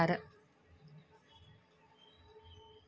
ಬ್ಯಾಸಗಿ ಕಾಲದಾಗ ಯಾವ ಬೆಳಿ ಬೆಳಿತಾರ?